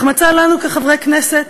החמצה לנו כחברי כנסת,